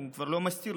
הוא כבר לא מסתיר,